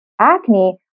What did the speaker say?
acne